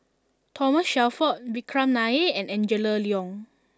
Thomas Shelford Vikram Nair and Angela Liong